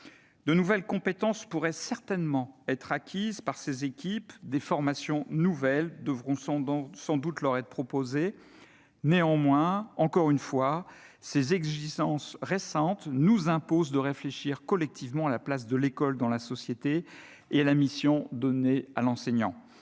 De nouvelles compétences pourraient certainement être acquises par ces équipes ; des formations nouvelles devront sans doute leur être proposées. Néanmoins, encore une fois, ces récentes exigences nous imposent de réfléchir collectivement à la place de l'école dans la société et à la mission donnée à l'enseignant.